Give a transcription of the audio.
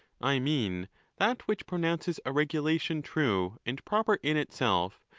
i mean that which pronounces a regulation true and proper in itself,